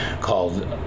called